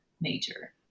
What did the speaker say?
major